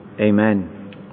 Amen